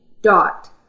dot